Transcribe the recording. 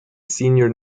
senior